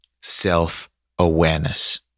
self-awareness